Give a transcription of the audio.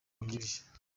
wungirije